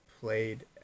played